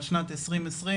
על שנת 2020,